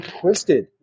twisted